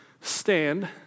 stand